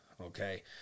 okay